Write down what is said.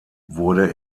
wurde